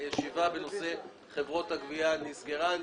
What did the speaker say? הישיבה בנושא חברות הגבייה נסגרה.